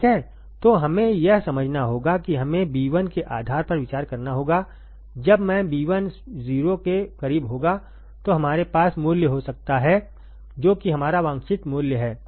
तो हमें यह समझना होगा कि हमेंIb1के प्रभाव पर विचार करना होगाजब मैंb10 के करीब होगा तो हमारे पास मूल्य हो सकता है जो कि हमारा वांछित मूल्य है